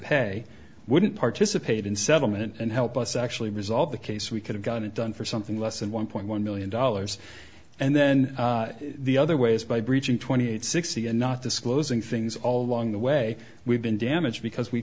pay wouldn't participate in settlement and help us actually resolve the case we could have gotten it done for something less than one point one million dollars and then the other way is by breaching twenty eight sixty and not disclosing things all along the way we've been damaged because we